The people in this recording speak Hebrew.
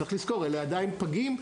צריך לזכור שאלה עדיין פגים,